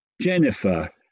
Jennifer